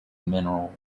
mineral